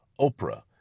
oprah